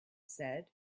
said